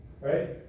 right